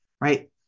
right